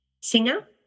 singer